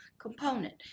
component